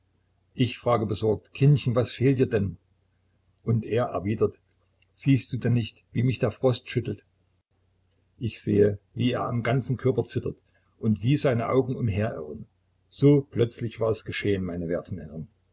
ich frage besorgt kindchen was fehlt dir denn und er erwidert siehst du denn nicht wie mich der frost schüttelt ich sehe wie er am ganzen körper zittert und wie seine augen umherirren so plötzlich war es geschehen meine werten herren